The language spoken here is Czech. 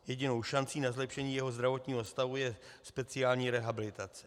Jedinou šancí na zlepšení jejího zdravotního stavu je speciální rehabilitace.